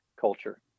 culture